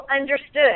understood